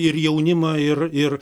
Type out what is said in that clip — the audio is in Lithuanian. ir jaunimą ir ir